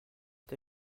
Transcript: été